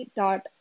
dot